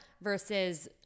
versus